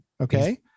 Okay